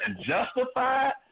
justified